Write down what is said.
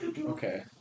Okay